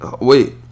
wait